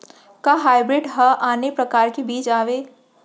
का हाइब्रिड हा आने परकार के बीज आवय?